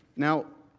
now,